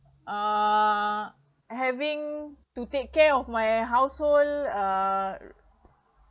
uh having to take care of my household err